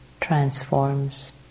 transforms